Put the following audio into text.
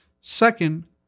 Second